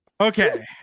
Okay